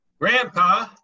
Grandpa